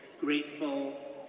grateful,